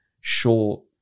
short